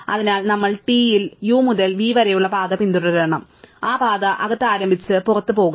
അതിനാൽ നമ്മൾ T ൽ u മുതൽ v വരെയുള്ള പാത പിന്തുടരണം ആ പാത അകത്ത് ആരംഭിച്ച് പുറത്ത് പോകണം